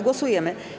Głosujemy.